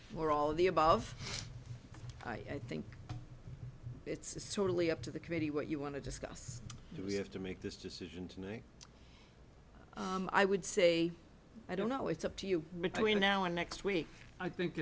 or all of the above i think it's totally up to the committee what you want to discuss it we have to make this decision tonight i would say i don't know it's up to you between now and next week i think